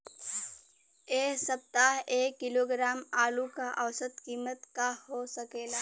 एह सप्ताह एक किलोग्राम आलू क औसत कीमत का हो सकेला?